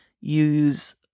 use